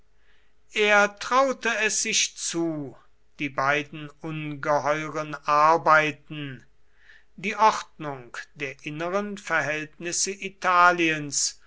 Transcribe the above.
er traute es sich zu die beiden ungeheuren arbeiten die ordnung der inneren verhältnisse italiens